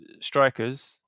strikers